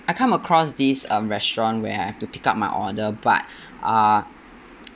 I come across this uh restaurant where I have to pick up my order but uh